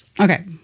okay